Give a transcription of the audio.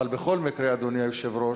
אבל בכל מקרה, אדוני היושב-ראש,